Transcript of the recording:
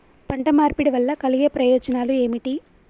పంట మార్పిడి వల్ల కలిగే ప్రయోజనాలు ఏమిటి?